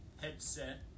headset